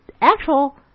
actual